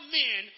men